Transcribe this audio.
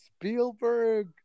Spielberg